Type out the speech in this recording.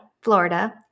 Florida